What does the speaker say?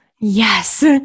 Yes